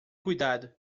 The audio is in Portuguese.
cuidado